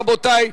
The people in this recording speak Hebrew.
רבותי,